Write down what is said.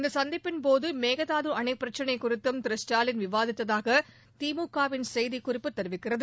இந்த சந்திப்பின் போது மேகதாது அணைப் பிரச்சினைக் குறித்தும் திரு ஸ்டாலின் விவாதித்ததாக திமுகவின் செய்திக் குறிப்பு தெரிவிக்கிறது